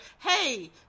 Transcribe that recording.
hey